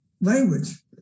language